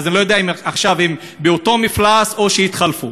אני לא יודע אם עכשיו הם באותו מפלס או שהם התחלפו.